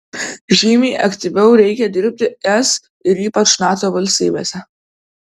žymiai aktyviau reikia dirbti es ir ypač nato valstybėse